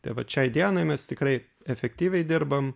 taip vat šiai dienai mes tikrai efektyviai dirbam